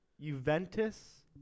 Juventus